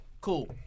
Cool